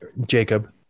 Jacob